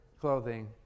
clothing